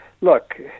look